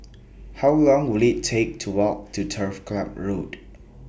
How Long Will IT Take to Walk to Turf Club Road